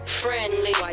friendly